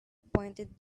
pointed